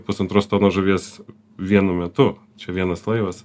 pusantros tonos žuvies vienu metu čia vienas laivas